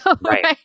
right